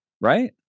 right